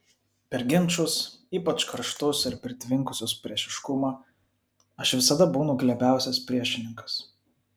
per ginčus ypač karštus ir pritvinkusius priešiškumo aš visada būnu glebiausias priešininkas